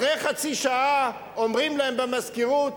אחרי חצי שעה אומרים להם במזכירות: